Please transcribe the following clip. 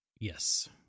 yes